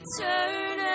turn